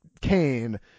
kane